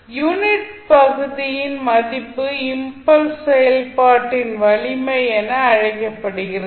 unit பகுதியின் மதிப்பு impulse செயல்பாட்டின் வலிமை என அழைக்கப்படுகிறது